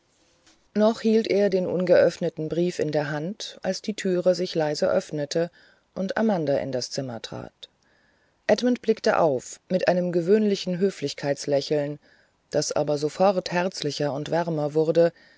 noch hielt er den ungeöffneten brief in der hand als die türe sich leise öffnete und amanda in das zimmer trat edmund blickte auf mit einem gewöhnlichen höflichkeitslächeln das aber sofort herzlicher und wärmer wurde